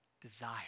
desire